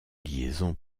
liaisons